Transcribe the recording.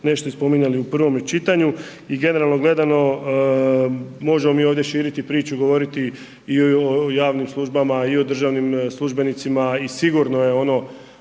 nešto i spominjali u prvome čitanju i generalno gledano, možemo mi ovdje širiti priču, govoriti i o javnim službama i o državnim službenicima i sigurno je ono